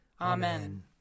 Amen